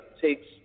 takes